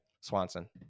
Swanson